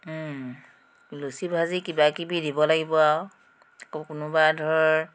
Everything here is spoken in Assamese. লুচি ভাজি কিবাকিবি দিব লাগিব আৰু আকৌ কোনোবা ধৰ